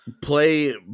Play